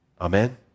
Amen